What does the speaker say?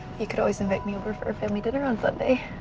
you could always invite me over for a family dinner on sunday.